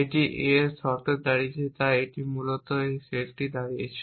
এটি A এর একটি শর্তে দাঁড়িয়েছে তাই এটি মূলত এই সেটটি দাঁড়িয়েছে